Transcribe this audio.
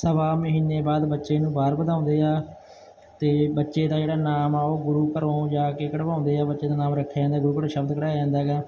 ਸਵਾ ਮਹੀਨੇ ਬਾਅਦ ਬੱਚੇ ਨੂੰ ਬਾਹਰ ਵਧਾਉਂਦੇ ਆ ਅਤੇ ਬੱਚੇ ਦਾ ਜਿਹੜਾ ਨਾਮ ਆ ਉਹ ਗੁਰੂ ਘਰੋਂ ਜਾ ਕੇ ਕਢਵਾਉਂਦੇ ਆ ਬੱਚੇ ਦਾ ਨਾਮ ਰੱਖਿਆ ਜਾਂਦਾ ਗੁਰੂ ਘਰੋਂ ਸ਼ਬਦ ਕਢਾਇਆ ਜਾਂਦਾ ਹੈਗਾ